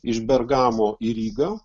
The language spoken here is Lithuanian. iš bergamo į rygą